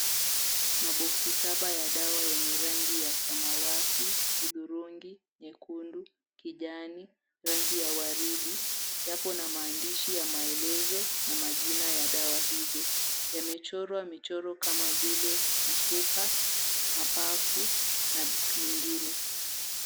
Maboksi saba ya dawa yenye rangi ya samawati, udhurungi, nyekundu, kijani, rangi ya waridi, yapo na maandishi ya maelezo na majina ya dawa hizo. Yamechorwa michoro kama vile mifupa, mapafu na mengine.